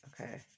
okay